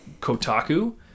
Kotaku